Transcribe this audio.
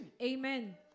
Amen